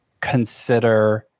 consider